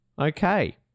Okay